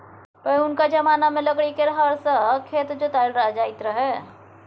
पहिनुका जमाना मे लकड़ी केर हर सँ खेत जोताएल जाइत रहय